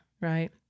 Right